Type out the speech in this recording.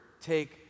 take